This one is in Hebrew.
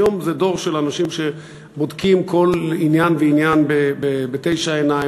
היום זה דור של אנשים שבודקים כל עניין ועניין בתשע עיניים.